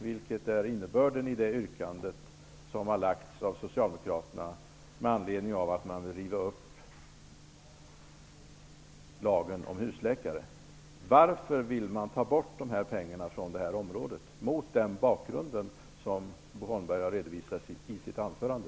Det är innebörden av Socialdemokraternas yrkande med anledning av att de vill riva upp lagen om husläkare.